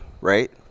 right